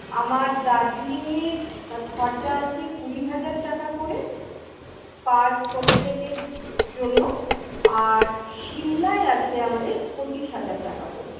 আমার দার্জিলিংয়ের খরচা আছে কুড়ি হাজার টাকা করে পার প্রত্যেকের জন্য আর শিমলায় আছে আমাদের পঁচিশ হাজার টাকা করে